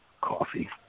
Coffee